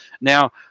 Now